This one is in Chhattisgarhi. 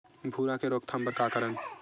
भूरा के रोकथाम बर का करन?